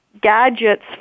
gadgets